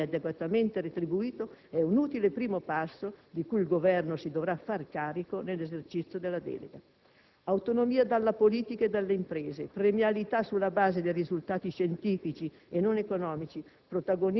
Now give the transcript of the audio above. stabile e adeguatamente retribuito, è un utile primo passo di cui il Governo si dovrà far carico nell'esercizio della delega. Autonomia dalla politica e dalle imprese, premialità sulla base dei risultati scientifici e non economici,